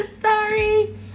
sorry